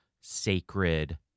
Sacred